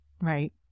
Right